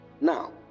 Now